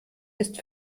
ist